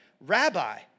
Rabbi